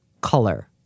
color